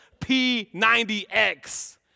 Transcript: P90X